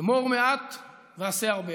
אמור מעט ועשה הרבה".